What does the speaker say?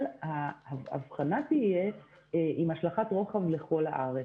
אבל ההבחנה תהיה אם השלכת רוחב לכל הארץ.